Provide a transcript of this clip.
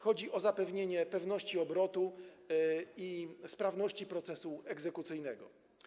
Chodzi o zapewnienie pewności obrotu i sprawności procesu egzekucyjnego.